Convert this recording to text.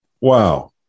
Wow